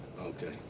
Okay